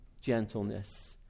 gentleness